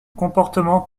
comportement